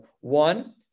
one